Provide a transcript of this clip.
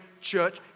church